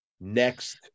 next